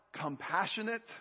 compassionate